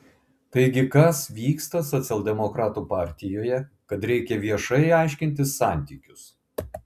taigi kas vyksta socialdemokratų partijoje kad reikia viešai aiškintis santykius